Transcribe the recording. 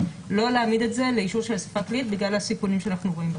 לא להעמיד את זה לאישור בגלל הסיכונים שאנחנו רואים בכך.